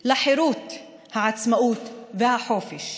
לחירות, לעצמאות ולחופש,